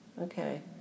Okay